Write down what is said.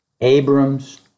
Abram's